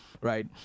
right